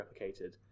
replicated